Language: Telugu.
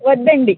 వద్దండి